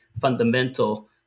fundamental